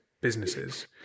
businesses